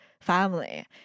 family